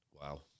Wow